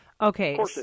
Okay